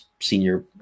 senior